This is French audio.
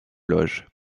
loges